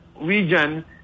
region